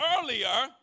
earlier